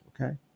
Okay